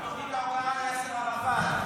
התוכנית --- ליאסר ערפאת.